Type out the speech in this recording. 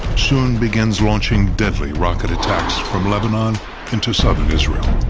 soon begins launching deadly rocket attacks from lebanon into southern israel.